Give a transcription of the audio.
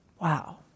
wow